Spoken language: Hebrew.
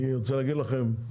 אני רוצה להגיד לכם,